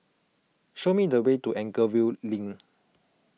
show me the way to Anchorvale Link